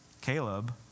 Caleb